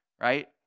right